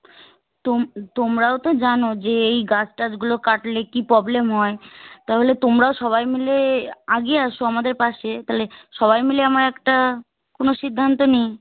তোম তোমরাও তো জানো যে এই গাছ টাছগুলো কাটলে কী প্রবলেম হয় তাহলে তোমরা সবাই মিলে আগিয়ে আসো আমাদের পাশে তাহলে সবাই মিলে আমার একটা কোনো সিদ্ধান্ত নিই